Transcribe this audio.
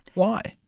why?